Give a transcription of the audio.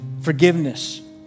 forgiveness